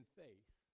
faith